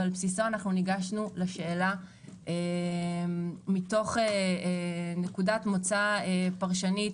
ועל בסיסו ניגשנו לשאלה מתוך נקודת מוצא פרשנית,